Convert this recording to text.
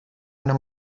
una